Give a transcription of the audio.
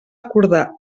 acordar